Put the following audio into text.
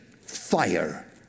fire